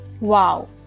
wow